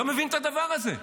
אני לא מבין את הדבר הזה.